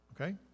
Okay